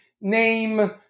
name